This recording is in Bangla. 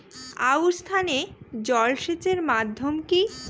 আউশ ধান এ জলসেচের মাধ্যম কি?